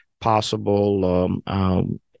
possible